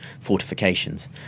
fortifications